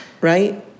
right